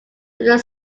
after